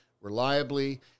reliably